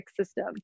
system